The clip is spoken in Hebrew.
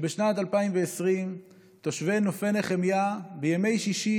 שבה בשנת 2020 תושבי נופי נחמיה בימי שישי,